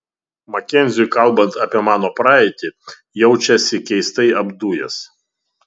makenziui kalbant apie mano praeitį jaučiausi keistai apdujęs